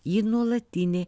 ji nuolatinė